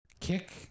kick